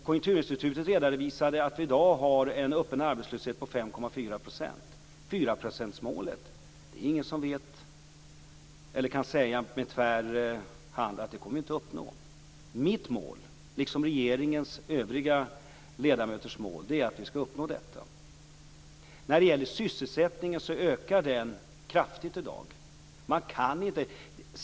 Konjunkturinstitutet redovisade att vi i dag har en öppen arbetslöshet på 5,4 %. Det är ingen som kan säga tvärsäkert att vi inte kommer att uppnå fyraprocentsmålet. Mitt mål, och den övriga regeringens mål, är att vi skall uppnå det. Sysselsättningen ökar i dag kraftigt.